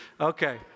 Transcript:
Okay